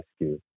rescue